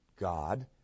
God